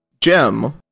gem